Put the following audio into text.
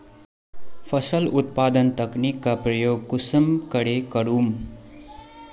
फसल उत्पादन तकनीक का प्रयोग कुंसम करे करूम?